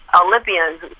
Olympians